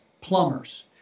plumbers